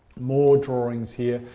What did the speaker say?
more drawings here.